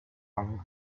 and